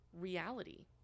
reality